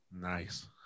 nice